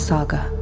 Saga